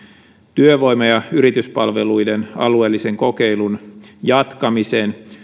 työvoima ja yrityspalveluiden alueellisen kokeilun jatkamisen